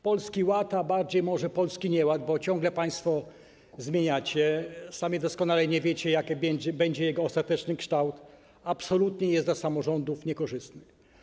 Polski Ład - a bardziej może polski nieład, bo ciągle państwo go zmieniacie, sami dokładnie nie wiecie, jaki będzie jego ostateczny kształt - absolutnie jest dla samorządów niekorzystny.